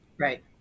right